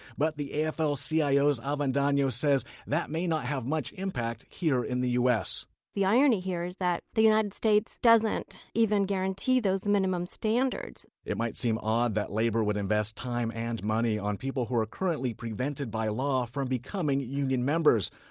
but the and afl-cio's avendano says that may not have much impact here in the u s the irony here is that the united states doesn't even guarantee those minimum standards it might seem odd that labor would invest time and money on people who are currently prevented by law from becoming union members.